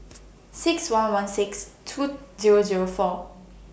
six one one six two Zero Zero four